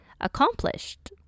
accomplished